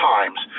Times